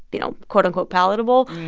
you know, quote, unquote, palatable.